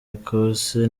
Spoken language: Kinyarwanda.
ecosse